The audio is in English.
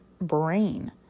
brain